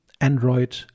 Android